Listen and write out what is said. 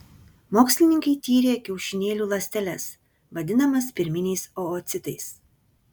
mokslininkai tyrė kiaušinėlių ląsteles vadinamas pirminiais oocitais